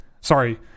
sorry